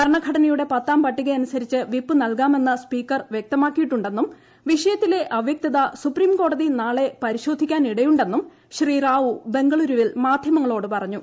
ഭരണഘടനയുടെ പത്താം പട്ടികൂയിനുസരിച്ച് വിപ്പ് നൽകാമെന്ന് സ്പീക്കർ വ്യക്തമാക്കിയിട്ടുണ്ടെന്നും ് സീഷയത്തിലെ അവൃക്തത സുപ്രീംകോടതി നാളെ പരിശോധിക്കാനിട്ട്യു്ണ്ടെന്നും ശ്രീ റാവു ബംഗളുരൂവിൽ മാധൃമങ്ങളോട് പറഞ്ഞു